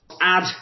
add